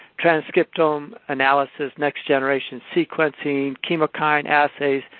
transcriptal um analysis, next generation sequencing, chemokine assays,